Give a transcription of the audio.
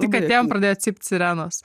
tik atėjom pradėjo cypt sirenos